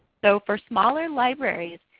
so for smaller libraries,